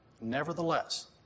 Nevertheless